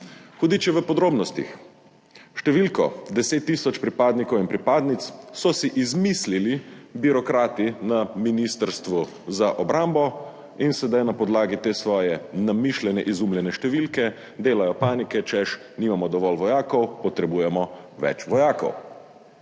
hudič je v podrobnostih. Številko 10 tisoč pripadnikov in pripadnic so si izmislili birokrati na Ministrstvu za obrambo in sedaj na podlagi te svoje namišljene, izumljene številke delajo paniko, češ, nimamo dovolj vojakov, potrebujemo več vojakov.